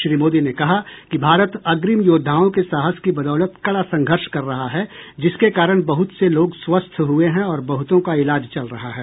श्री मोदी ने कहा कि भारत अग्रिम योद्वाओं के साहस की बदौलत कड़ा संघर्ष कर रहा है जिसके कारण बहुत से लोग स्वस्थ हुए हैं और बहुतों का इलाज चल रहा है